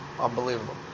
unbelievable